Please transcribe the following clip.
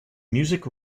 music